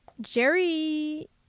Jerry